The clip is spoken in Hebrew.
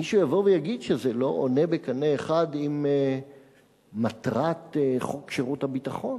אם מישהו יבוא ויגיד שזה לא עולה בקנה אחד עם מטרת חוק שירות הביטחון.